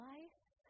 Life